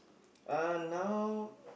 uh now